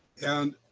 and